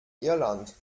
irland